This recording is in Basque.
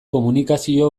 komunikazio